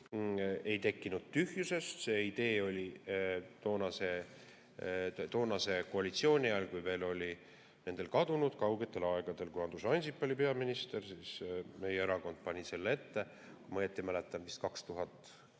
ei tekkinud tühjusest. See idee oli toonase koalitsiooni ajal, nendel kadunud kaugetel aegadel, kui Andrus Ansip oli peaminister. Siis meie erakond pani selle ette, kui ma õigesti mäletan, vist 2013.